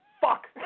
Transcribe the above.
Fuck